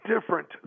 different